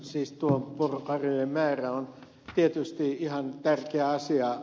siis tuo porokarjojen määrä on tietysti ihan tärkeä asia